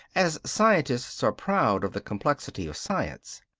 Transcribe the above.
as scientists are proud of the complexity of science.